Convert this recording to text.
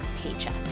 paycheck